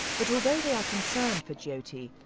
but although they are concerned for jyoti,